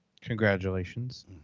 congratulations